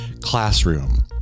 classroom